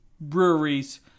breweries